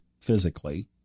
physically